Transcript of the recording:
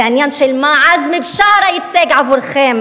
זה עניין של מה עזמי בשארה ייצג עבורכם